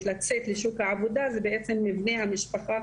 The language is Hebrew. לצאת לשוק העבודה הוא בעצם מבנה המשפחה,